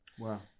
Wow